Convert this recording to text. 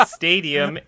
stadium